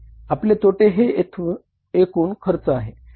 आपले तोटे हे येथे एकूण खर्च आहे